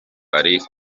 ari